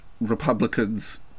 Republicans